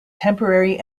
temporary